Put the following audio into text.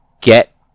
get